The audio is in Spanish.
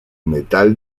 metal